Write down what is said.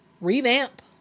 revamp